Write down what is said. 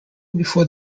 before